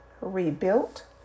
Rebuilt